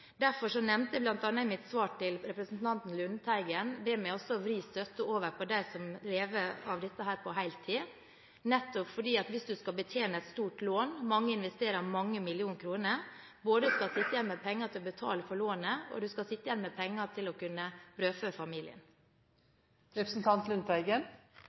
Derfor nevnte jeg bl.a. i mitt svar til representanten Lundteigen det med å vri støtte over på dem som lever av dette på heltid. Det er nettopp for at man, hvis man skal betjene et stort lån – mange investerer mange millioner kroner – skal sitte igjen med penger både til å betale lånet og